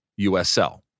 USL